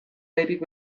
nahirik